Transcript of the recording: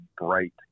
bright